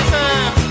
time